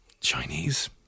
Chinese